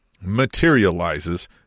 materializes